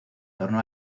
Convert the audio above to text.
torno